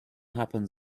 happens